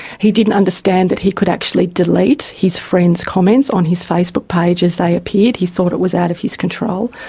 he didn't understand that he could actually delete his friend's comments on his facebook page as they appeared, he thought it was out of his control.